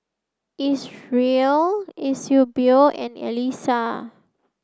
Isreal Eusebio and Elissa